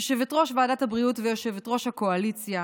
יושבת-ראש ועדת הבריאות ויושבת-ראש הקואליציה,